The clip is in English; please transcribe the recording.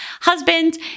husband